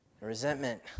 Resentment